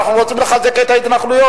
אנחנו רוצים לחזק את ההתנחלויות.